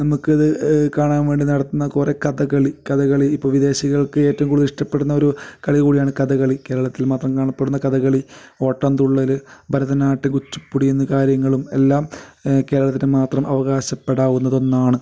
നമുക്കത് കാണാൻ വേണ്ടി നടത്തുന്ന കുറേ കഥകളി കഥകളി ഇപ്പോൾ വിദേശികൾക്ക് ഏറ്റവും കൂടുതൽ ഇഷ്ടപ്പെടുന്നൊരു കളി കൂടിയാണ് കഥകളി കേരളത്തിൽ മാത്രം കാണപ്പെടുന്ന കഥകളി ഓട്ടംതുള്ളൽ ഭരതനാട്യം കുച്ചുപ്പുടി എന്നീ കാര്യങ്ങളും എല്ലാം കേരളത്തിന് മാത്രം അവകാശപ്പെടാവുന്ന ഒന്നാണ്